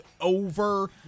over